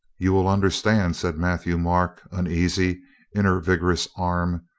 you will understand, said matthieu-m arc un easy in her vigorous arm,